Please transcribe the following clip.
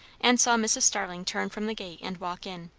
and saw mrs. starling turn from the gate and walk in.